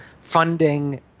funding